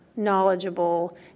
knowledgeable